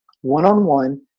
one-on-one